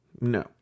No